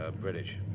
British